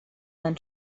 than